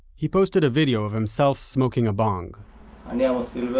he posted a video of himself smoking a bong and yeah